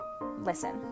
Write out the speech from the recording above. listen